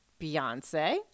Beyonce